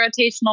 rotational